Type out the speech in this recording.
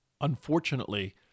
Unfortunately